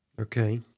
Okay